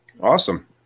Awesome